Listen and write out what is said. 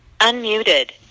Unmuted